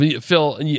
Phil